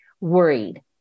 worried